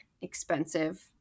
expensive